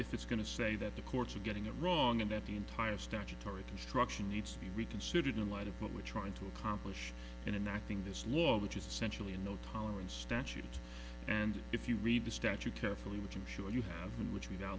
if it's going to say that the courts are getting it wrong and that the entire statutory construction needs to be reconsidered in light of what we're trying to accomplish in acting this law which is essentially a no tolerance statute and if you read the statute carefully which i'm sure you have and which me dow